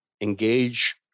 engage